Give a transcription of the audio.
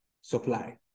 supply